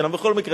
בכל מקרה,